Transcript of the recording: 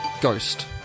Ghost